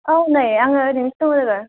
औ नै आङो ओरैनोसो दं लोगो